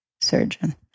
surgeon